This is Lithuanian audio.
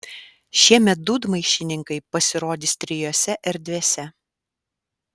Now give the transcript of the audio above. šiemet dūdmaišininkai pasirodys trijose erdvėse